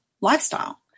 lifestyle